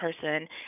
person